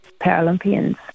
Paralympians